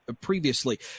previously